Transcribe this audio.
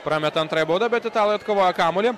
prameta antrąją baudą bet italai atkovoja kamuolį